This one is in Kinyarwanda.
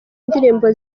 indirimbo